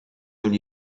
will